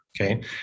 Okay